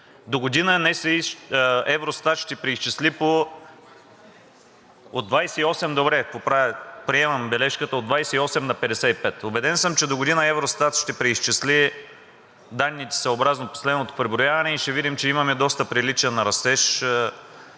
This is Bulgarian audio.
– добре, приемам бележката, от 28 на 55%. Убеден съм, че догодина Евростат ще преизчисли данните съобразно последното преброяване и ще видим, че имаме доста приличен растеж